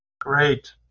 Great